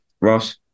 Ross